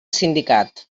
sindicat